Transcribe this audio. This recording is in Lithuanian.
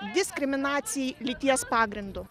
diskriminacija lyties pagrindu